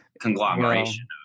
conglomeration